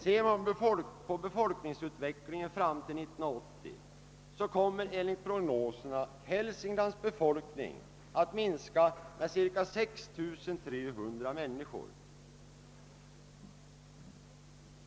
Ser vi på befolkningsutvecklingen fram till 1980, finner vi att Hälsinglands befolkning enligt prognoserna kommer att minska med cirka 6 300 personer.